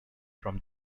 from